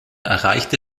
erreichte